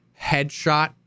headshot